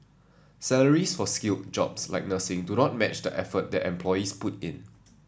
salaries for skilled jobs like nursing do not match the effort that employees put in